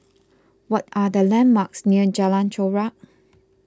what are the landmarks near Jalan Chorak